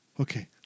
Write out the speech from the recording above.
Okay